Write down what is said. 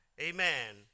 Amen